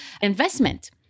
investment